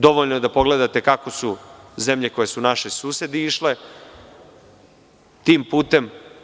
Dovoljno je da pogledate kako su zemlje koje su naši susedi išle tim putem.